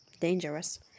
Dangerous